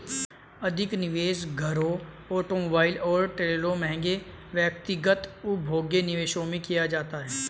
अधिक निवेश घरों ऑटोमोबाइल और ट्रेलरों महंगे व्यक्तिगत उपभोग्य निवेशों में किया जाता है